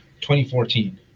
2014